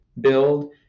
build